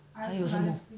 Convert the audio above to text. me also